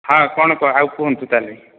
ହଁ କ'ଣ କ ଆଉ କୁହନ୍ତୁ ତାହେଲେ